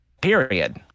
Period